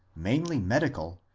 mainly medical,